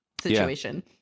situation